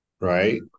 right